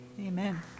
Amen